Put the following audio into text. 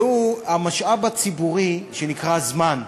והוא המשאב הציבורי שנקרא זמן,